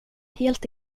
helt